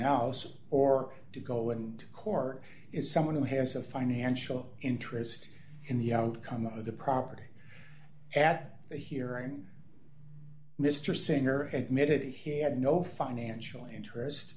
else or to go and court is someone who has a financial interest in the outcome of the property at the hearing mr saner admitted he had no financial interest